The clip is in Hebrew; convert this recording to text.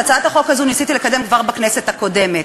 את הצעת החוק הזו ניסיתי לקדם כבר בכנסת הקודמת,